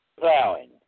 plowing